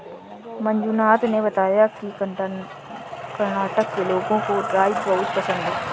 मंजुनाथ ने बताया कि कर्नाटक के लोगों को राई बहुत पसंद है